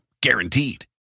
guaranteed